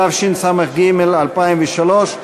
התשס"ג 2003,